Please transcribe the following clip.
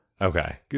Okay